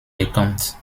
bekannt